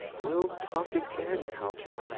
well talk again, haljan.